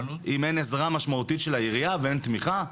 אם אין עזרה משמעותית של העירייה, ואין תמיכה?